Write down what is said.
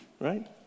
right